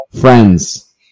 friends